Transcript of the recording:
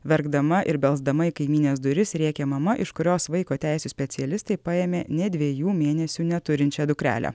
verkdama ir belsdama į kaimynės duris rėkė mama iš kurios vaiko teisių specialistai paėmė ne dviejų mėnesių neturinčią dukrelę